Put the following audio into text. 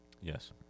Yes